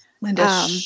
Linda